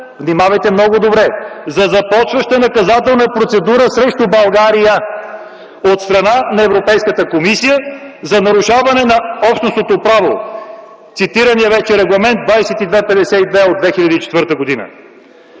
внимавайте много добре! – за започваща наказателна процедура срещу България от страна на Европейската комисия за нарушаване на общностното право, цитирания вече Регламент 2252/2004 г.